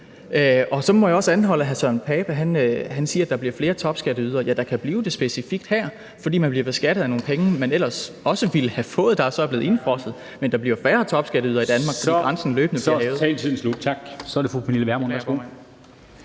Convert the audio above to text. Og så må jeg også anholde, at hr. Søren Pape siger, at der bliver flere topskatteydere. Ja, der kan blive det specifikt her, fordi man bliver beskattet af nogle penge, man ellers også ville have fået, der så er blevet indefrosset. Men der bliver færre topskatteydere i Danmark, fordi grænsen løbende bliver hævet. Kl. 10:10 Formanden